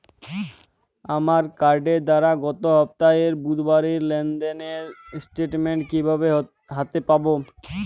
আমার কার্ডের দ্বারা গত সপ্তাহের বুধবারের লেনদেনের স্টেটমেন্ট কীভাবে হাতে পাব?